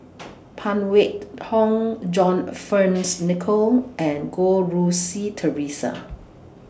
Phan Wait Hong John Fearns Nicoll and Goh Rui Si Theresa